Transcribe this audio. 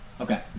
Okay